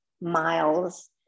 miles